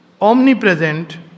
omnipresent